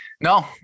No